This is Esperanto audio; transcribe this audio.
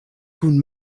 kun